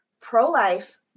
pro-life